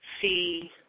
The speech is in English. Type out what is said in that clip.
see